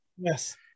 Yes